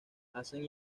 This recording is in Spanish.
hacen